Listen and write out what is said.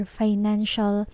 financial